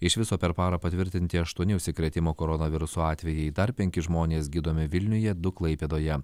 iš viso per parą patvirtinti aštuoni užsikrėtimo koronavirusu atvejai dar penki žmonės gydomi vilniuje du klaipėdoje